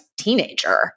teenager